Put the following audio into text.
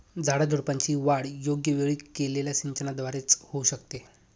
झाडाझुडपांची वाढ योग्य वेळी केलेल्या सिंचनाद्वारे च होऊ शकते